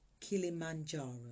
Kilimanjaro